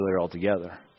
altogether